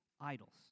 idols